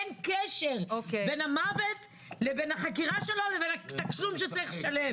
אין קשר בין המוות לבין חקירתו לבין התשלום שצריך לשלם.